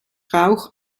rauch